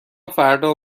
فردا